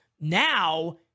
Now